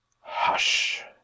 hush